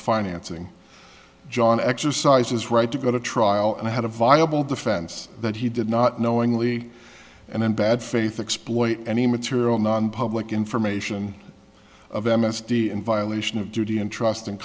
financing john exercises right to go to trial and had a viable defense that he did not knowingly and in bad faith exploit any material nonpublic information of m s t in violation of duty and trust